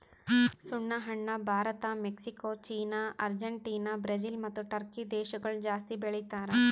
ಸುಣ್ಣ ಹಣ್ಣ Bharat, Mexico, China, Argentina, Brazil ಮತ್ತ ಟರ್ಕಿ ದೇಶಗೊಳ್ ಜಾಸ್ತಿ ಬೆಳಿತಾರ್